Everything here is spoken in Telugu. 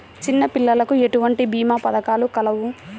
చిన్నపిల్లలకు ఎటువంటి భీమా పథకాలు కలవు?